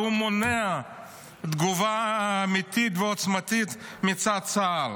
והוא מונע תגובה אמיתית ועוצמתית מצד צה"ל.